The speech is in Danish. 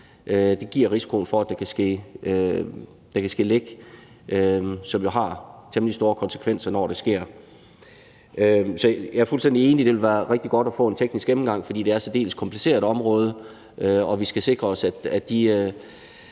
Det giver en risiko for, at der kan ske læk, hvilket jo har temmelig store konsekvenser, når det sker. Så jeg er fuldstændig enig i, at det ville være rigtig godt at få en teknisk gennemgang, for det er et særdeles kompliceret område. Vi skal sikre os, at de